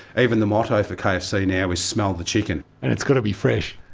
even the motto for kfc now is smell the chicken. and it's got to be fresh?